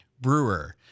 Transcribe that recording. Brewer